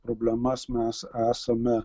problemas mes esame